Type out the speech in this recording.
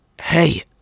Hey